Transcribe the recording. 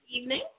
evening